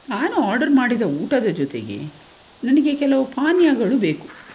ನಾನು ಆರ್ಡರ್ ಮಾಡಿದ ಊಟದ ಜೊತೆಗೆ ನನಗೆ ಕೆಲವು ಪಾನೀಯಗಳು ಬೇಕು